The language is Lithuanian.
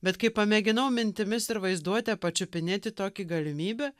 bet kai pamėginau mintimis ir vaizduote pačiupinėti tokį galimybę